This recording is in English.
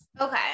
okay